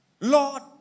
Lord